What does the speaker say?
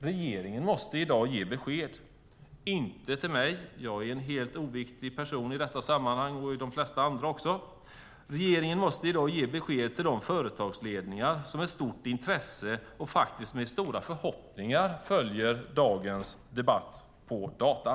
Regeringen måste i dag ge besked, inte till mig - jag är en helt oviktig person i detta sammanhang och i de flesta andra också - utan till de företagsledningar som med stort intresse och med stor förhoppning följer dagens debatt på datorn.